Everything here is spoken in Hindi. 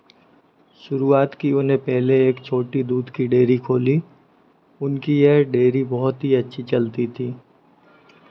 शुरुआत की उन्हें पहले एक छोटी दूध की डेयरी खोली उनकी यह डेयरी बहुत ही अच्छी चलती थी